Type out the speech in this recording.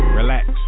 relax